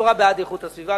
התורה בעד איכות הסביבה.